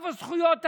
איפה זכויות האדם?